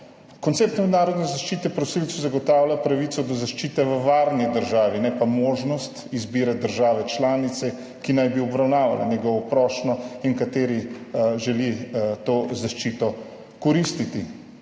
Koncept mednarodne zaščite prosilcu zagotavlja pravico do zaščite v varni državi, ne pa možnosti izbire države članice, ki naj bi obravnavala njegovo prošnjo in v kateri želi to zaščito koristiti.